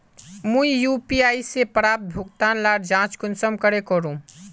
मुई यु.पी.आई से प्राप्त भुगतान लार जाँच कुंसम करे करूम?